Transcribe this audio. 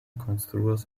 konstruas